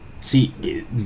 See